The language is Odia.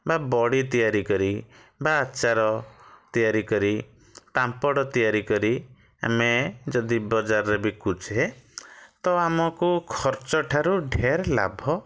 ବା ବଡ଼ି ତିଆରି କରି ବା ଆଚାର ତିଆରି କରି ପାମ୍ପଡ଼ ତିଆରି କରି ଆମେ ଯଦି ବଜାରରେ ବିକୁଛେ ତ ଆମକୁ ଖର୍ଚ୍ଚଠାରୁ ଢେର ଲାଭ